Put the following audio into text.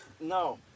No